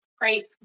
Great